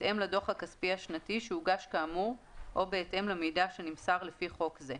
בהתאם לדוח הכספי השנתי שהוגש כאמור או בהתאם למידע שנמסר לפי חוק זה,